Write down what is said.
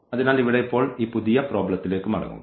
അതിനാൽ ഇവിടെ ഇപ്പോൾ ഈ പുതിയ പ്രോബ്ലത്തിലേക്ക് മടങ്ങുക